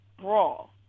brawl